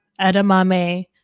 edamame